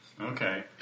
Okay